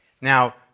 Now